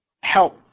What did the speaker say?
help